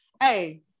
Hey